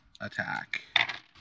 attack